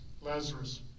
Lazarus